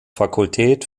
fakultät